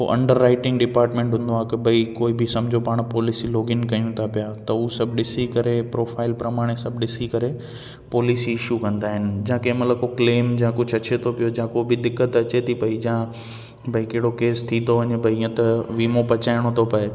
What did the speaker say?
पोइ underwriting department हूंदो आहे की भाई कोइ बि सम्झो पाण की पॉलिसी लॉग इन कयूं था पिया त उहो सभु ॾिसी करे प्रोफाइल प्रमाण सभु ॾिसी करे पॉलिसी इशू कंदा आहिनि जां कंहिं महिल जो क्लेम जां कुझु अचे थो पियो जा को बि दिक़त अचे थी पई जां भाई कहिड़ो केस थी थो वञे भाई इअं त वीमो बचाइणो थो पए